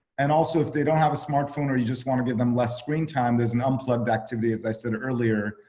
and also if they don't have a smartphone or you just wanna give them less screen time. there's an unplugged activity, as i said earlier,